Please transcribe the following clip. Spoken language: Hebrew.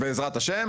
בעזרת ה'.